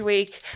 week